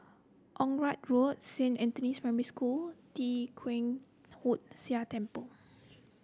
Onraet Road Saint Anthony's Primary School Tee Kwee Hood Sia Temple